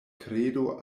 kredo